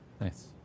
Nice